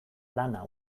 lana